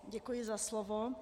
Děkuji za slovo.